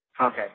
Okay